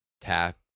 tap